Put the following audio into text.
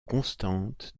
constante